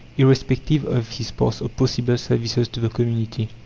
irrespective of his past or possible services to the community.